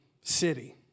city